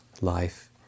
life